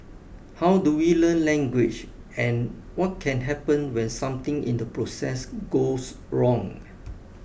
how do we learn language and what can happen when something in the process goes wrong